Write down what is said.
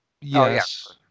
Yes